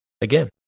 again